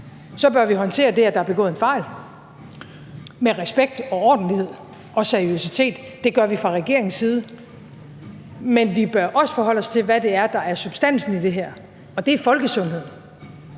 så bør vi håndtere det, at der er begået en fejl, med respekt, ordentlighed og seriøsitet. Det gør vi fra regeringens side. Men vi bør også forholde os til, hvad det er, der er substansen i det her, og det er folkesundheden.